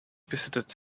visited